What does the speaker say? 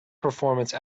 performance